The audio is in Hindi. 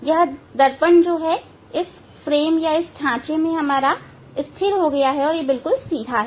यह दर्पण इस ढांचे पर स्थिर है और सीधा है